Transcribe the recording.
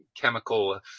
chemical